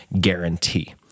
guarantee